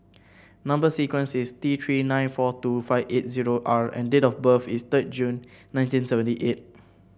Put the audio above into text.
number sequence is T Three nine four two five eight zero R and date of birth is third June nineteen seventy eight